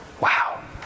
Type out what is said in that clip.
Wow